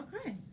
Okay